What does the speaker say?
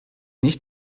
nicht